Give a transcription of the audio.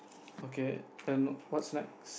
okay and what's next